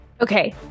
Okay